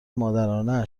مادرانه